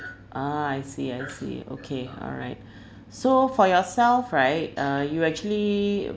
ah I see I see okay alright so for yourself right uh you actually